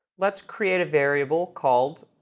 let's create a variable called